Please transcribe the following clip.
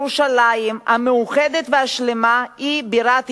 "ירושלים השלמה והמאוחדת היא בירת ישראל,